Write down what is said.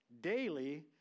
daily